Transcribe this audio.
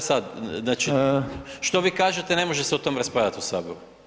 I šta sad znači što vi kažete ne može se o tome raspravljati u Saboru.